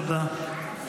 תודה.